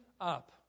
up